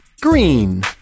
Green